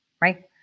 right